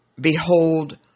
Behold